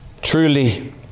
truly